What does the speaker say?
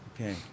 Okay